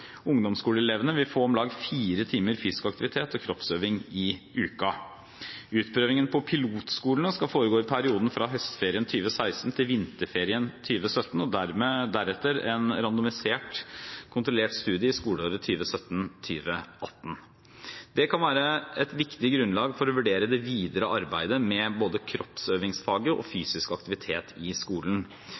Ungdomsskoleelevene vil få om lag fire timer med fysisk aktivitet og kroppsøving i uka. Utprøvingen på pilotskolene skal foregå i perioden fra høstferien 2016 til vinterferien 2017 og deretter en randomisert, kontrollert studie i skoleåret 2017/2018. Det kan være et viktig grunnlag for å vurdere det videre arbeidet med både kroppsøvingsfaget og fysisk aktivitet i skolen.